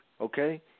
okay